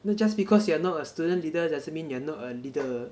not just because you are not a student leader doesn't mean you're not a leader